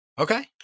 Okay